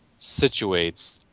situates